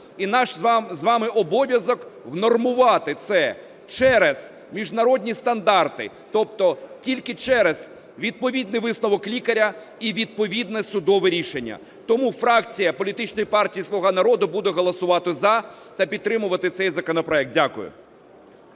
І наш з вами обов'язок внормувати це через міжнародні стандарти, тобто тільки через відповідний висновок лікаря і відповідне судове рішення. Тому фракція політичної партії "Слуга народу" буде голосувати "за" та підтримувати цей законопроект. Дякую.